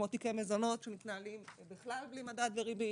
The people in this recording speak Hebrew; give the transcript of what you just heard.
כמו תיקי מזונות שמתנהלים בכלל בלי מדד וריבית,